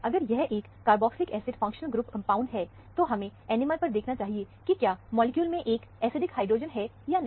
अगर यह एक carboxylic acid functional group compound है तब हमें NMR पर देखना चाहिए की क्या मॉलिक्यूल में कोई एसिडिक हाइड्रोजन है या नहीं